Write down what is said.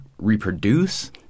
reproduce